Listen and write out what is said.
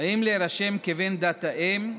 אם להירשם כבן דת האם,